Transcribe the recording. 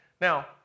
Now